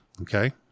Okay